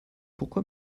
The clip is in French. pourquoi